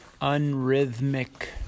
unrhythmic